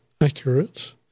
accurate